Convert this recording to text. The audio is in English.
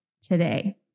today